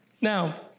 Now